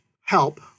help